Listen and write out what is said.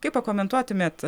kaip pakomentuotumėt